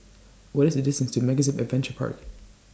What IS The distance to MegaZip Adventure Park